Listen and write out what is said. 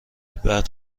بعد